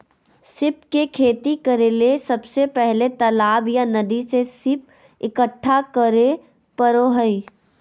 सीप के खेती करेले सबसे पहले तालाब या नदी से सीप इकठ्ठा करै परो हइ